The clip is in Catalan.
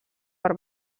per